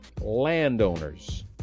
landowners